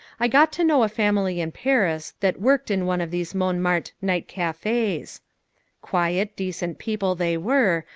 i got to know a family in paris that worked in one of these montmartre night cafes quiet, decent people they were,